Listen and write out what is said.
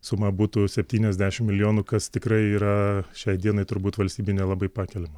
suma būtų septyniasdešimt milijonų kas tikrai yra šiai dienai turbūt valstybė nelabai pakeliama